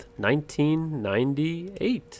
1998